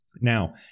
Now